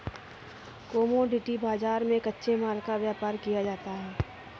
commodity बाजार में कच्चे माल का व्यापार किया जाता है